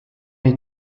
est